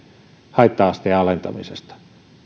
haitta asteen alentamisesta